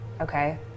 Okay